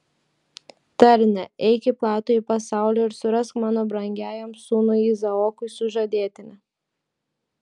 tarne eik į platųjį pasaulį ir surask mano brangiajam sūnui izaokui sužadėtinę